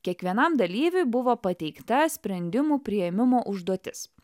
kiekvienam dalyviui buvo pateikta sprendimų priėmimo užduotis